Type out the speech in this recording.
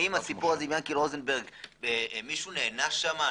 האם הסיפור הזה יענקי רוזנברג - מישהו נענש שם?